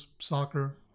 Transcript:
soccer